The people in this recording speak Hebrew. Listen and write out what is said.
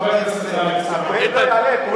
חבר הכנסת טלב אלסאנע, תעלה לדבר,